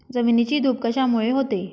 जमिनीची धूप कशामुळे होते?